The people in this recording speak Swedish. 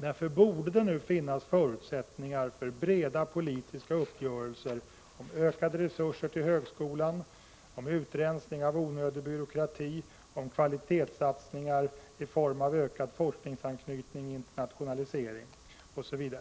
Därför borde nu finnas förutsättningar för breda politiska uppgörelser om ökade resurser till högskolan, utrensning av onödig byråkrati, kvalitetssatsningar i form av ökad forskningsanknytning, internationalisering, osv.